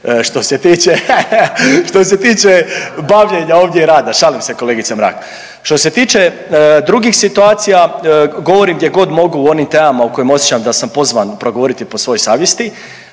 što se tiče bavljenja ovdje i rada. Šalim se kolegice Mrak. Što se tiče drugih situacija govorim gdje god mogu o onim temama o kojima osjećam da sam pozvan progovoriti po svojoj savjesti,